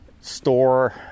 store